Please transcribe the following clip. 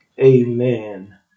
Amen